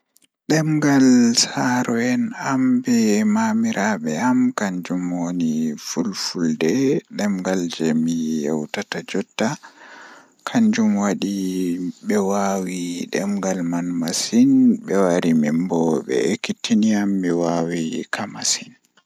Ɗemngal saaro en an be mawniraaɓe am kanjum woni fulfulde Laawol e waɗde maɓɓe e ɗiɗo maɓɓe ko Hausa e Fulfulde/Pulaar. O ɗaɗi waɗtude laawol ɗe ngesa, kadi o ɓurtiima ko yimɓe e waɗde ndee.